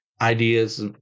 ideas